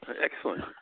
Excellent